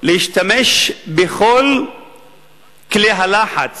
להשתמש בכל כלי הלחץ